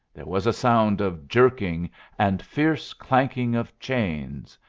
there was a sound of jerking and fierce clanking of chains,